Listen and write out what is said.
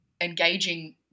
engaging